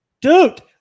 Dude